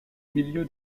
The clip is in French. milieu